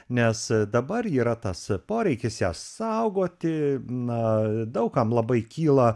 nes dabar yra tas poreikis ją saugoti na daug kam labai kyla